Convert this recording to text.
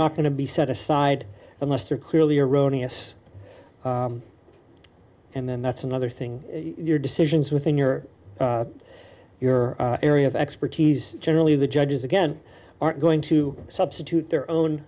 not going to be set aside and lester clearly erroneous and then that's another thing your decisions within your your area of expertise generally the judges again aren't going to substitute their own